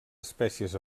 espècies